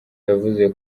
yavuze